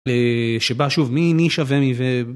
שבא שוב מי שווה מי